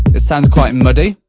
it sounds quite muddy.